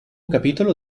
capitolo